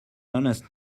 honest